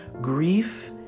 grief